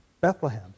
Bethlehem